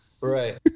Right